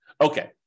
Okay